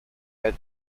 had